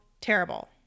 terrible